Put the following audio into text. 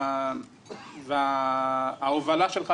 וההובלה שלך,